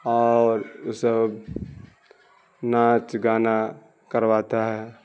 اور وہ سب ناچ گانا کرواتا ہے